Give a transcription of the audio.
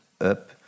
up